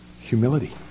humility